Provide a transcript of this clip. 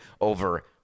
over